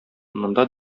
монда